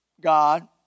God